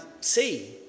see